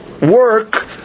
work